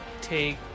take